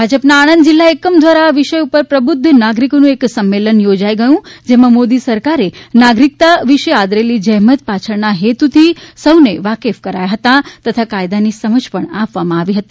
ભાજપ ના આણંદ જિલ્લા એકમ દ્વારા આ વિષય ઉપર પ્રબુધ્ધ નાગરિકો નું એક સંમેલન યોજાઇ ગયું જેમાં મોદી સરકારે નાગરિકતા વિષે આદરેલી જહેમત પાછળ ના હેતુ થી સૌની વાકેફ કરાયા હતા તથા કાયદા ની સમજ પણ આપવામાં આવી હતી